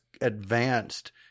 advanced